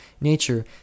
nature